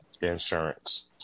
insurance